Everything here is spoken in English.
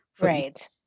Right